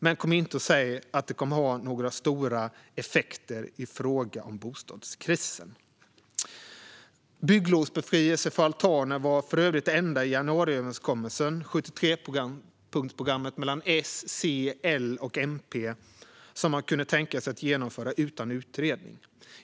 Men kom inte och säg att det kommer att ha några stora effekter i fråga om bostadskrisen! Bygglovsbefrielse för altaner var för övrigt det enda i januariöverenskommelsen, 73-punktsprogrammet mellan S, C, L och MP, som man kunde tänka sig att genomföra utan utredning.